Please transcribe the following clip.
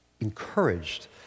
encouraged